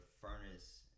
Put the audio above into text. furnace